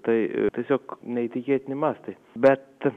tai tiesiog neįtikėtini mastai bet